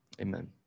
amen